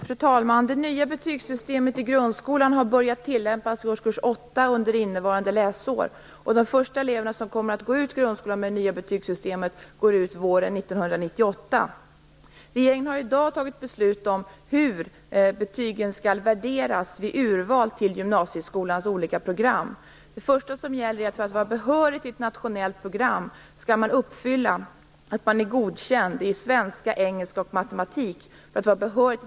Fru talman! Det nya betygssystemet i grundskolan har börjat tillämpas i årskurs 8 under innevarande läsår. De första elever som kommer att gå ut grundskolan med det nya betygssystemet går ut våren 1998. Regeringen har i dag fattat beslut om hur betygen skall värderas vid urval till gymnasieskolans olika program. För att vara behörig att söka till ett nationellt program skall man vara godkänd i svenska engelska och matematik.